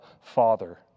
Father